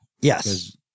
Yes